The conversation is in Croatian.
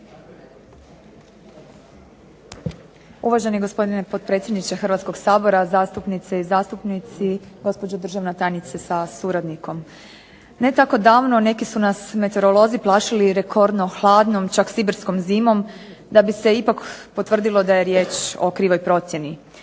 Uvaženi gospodine potpredsjedniče Hrvatskog sabora, zastupnice i zastupnici, gospođo državna tajnice sa suradnikom. Ne tako davno neki su nas meteorolozi plašili rekordno hladnom čak sibirskom zimom da bi se ipak potvrdilo da je riječ o krivoj procjeni.